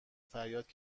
فریاد